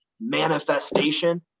manifestation